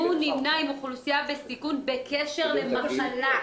הוא נמנה עם אוכלוסייה בסיכון בקשר למחלה.